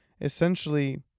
essentially